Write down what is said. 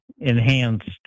enhanced